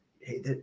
Hey